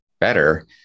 better